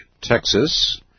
Texas